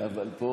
אבל פה